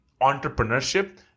entrepreneurship